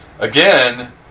Again